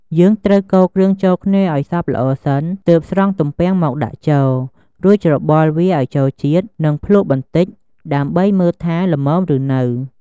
យើងត្រូវកូរគ្រឿងចូលគ្នាឱ្យសព្វល្អសិន ទើបស្រង់ទំពាំងមកដាក់ចូល រួចច្របល់វាឱ្យចូលជាតិ និងភ្លក្សបន្តិច ដើម្បីមើលថាល្មមឬនៅ។